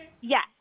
yes